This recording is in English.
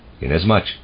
inasmuch